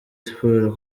siporo